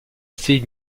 assez